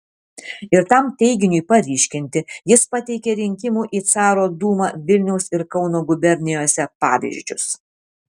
ir tam teiginiui paryškinti jis pateikė rinkimų į caro dūmą vilniaus ir kauno gubernijose pavyzdžius